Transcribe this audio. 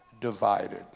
divided